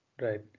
right